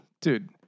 dude